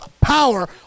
power